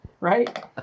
right